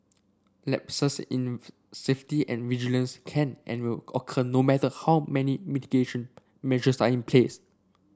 lapses in safety and vigilance can and will occur no matter how many mitigation measures are in place